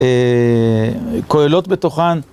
כוללות בתוכן